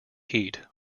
heat